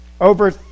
Over